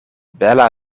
bela